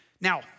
Now